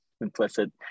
implicit